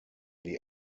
die